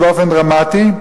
באופן דרמטי,